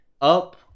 up